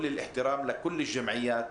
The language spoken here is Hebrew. (אומר דברים בשפה הערבית,